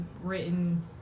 written